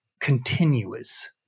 continuous